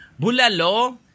Bulalo